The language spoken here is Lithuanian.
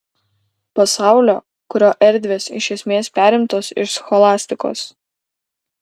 pasaulio kurio erdvės iš esmės perimtos iš scholastikos